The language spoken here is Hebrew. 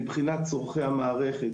מבחינת צורכי המערכת,